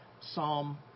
Psalm